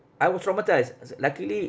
I was traumatised I say luckily